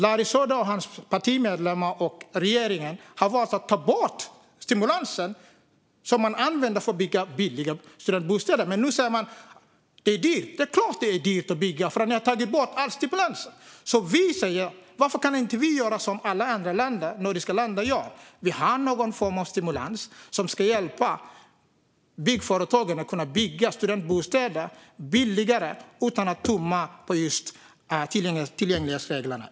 Larry Söder, hans parti och regeringen har valt att ta bort stimulansen som man använde för att bygga billiga studentbostäder, och nu säger man att det är dyrt. Det är klart att det är dyrt att bygga! Ni har ju tagit bort alla stimulanser! Vi säger: Varför kan inte vi göra som övriga nordiska länder och ha någon form av stimulans som ska hjälpa byggföretagen att bygga studentbostäder billigare utan att tumma på just tillgänglighetsreglerna?